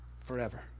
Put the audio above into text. forever